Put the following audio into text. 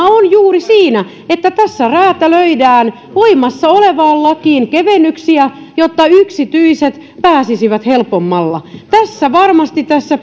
on juuri siinä että tässä räätälöidään voimassa olevaan lakiin kevennyksiä jotta yksityiset pääsisivät helpommalla varmasti tässä